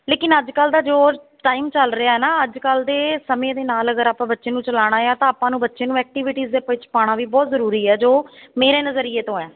ਲੇਕਿਨ ਅੱਜ ਕੱਲ੍ਹ ਦਾ ਜੋ ਟਾਈਮ ਚੱਲ ਰਿਹਾ ਨਾ ਅੱਜ ਕੱਲ੍ਹ ਦੇ ਸਮੇਂ ਦੇ ਨਾਲ ਅਗਰ ਆਪਾਂ ਬੱਚੇ ਨੂੰ ਚਲਾਉਣਾ ਆ ਤਾਂ ਆਪਾਂ ਨੂੰ ਬੱਚੇ ਨੂੰ ਐਕਟੀਵਿਟੀਜ਼ ਦੇ ਵਿੱਚ ਪਾਉਣਾ ਵੀ ਬਹੁਤ ਜ਼ਰੂਰੀ ਹੈ ਜੋ ਮੇਰੇ ਨਜ਼ਰੀਏ ਤੋਂ ਹੈ